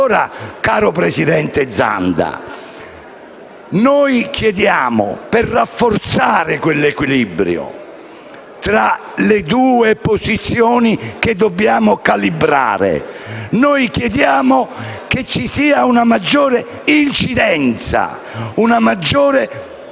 diritto. Caro presidente Zanda, per rafforzare quell'equilibrio tra le due posizioni che dobbiamo calibrare, chiediamo che ci siano una maggiore incidenza e una maggiore